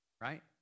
right